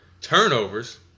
turnovers